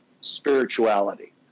spirituality